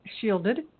shielded